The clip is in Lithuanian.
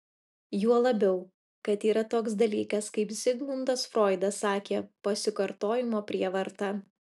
juo labiau kad yra toks dalykas kaip zigmundas froidas sakė pasikartojimo prievarta